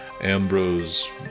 Ambrose